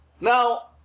Now